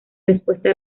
respuesta